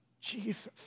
Jesus